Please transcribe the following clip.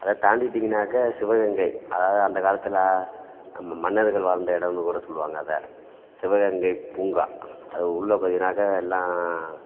அதை தாண்டிவிட்டீங்கன்னாக்கா சிவகங்கை அதாவது அந்தக் காலத்தில் நம்ம மன்னர்கள் வாழ்ந்த இடம்னு கூட சொல்வாங்க அதை சிவகங்கை பூங்கா அது உள்ளே பார்த்தீங்கன்னாக்கா எல்லாம்